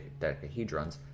dodecahedrons